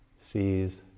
sees